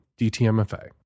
DTMFA